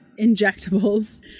injectables